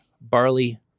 barley